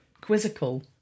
quizzical